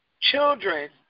children